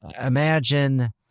imagine